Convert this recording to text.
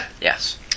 yes